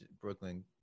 brooklyn